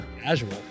casual